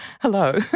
Hello